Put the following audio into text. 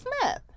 Smith